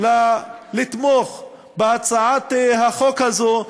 לתמוך בהצעת החוק הזאת,